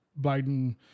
Biden